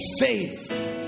faith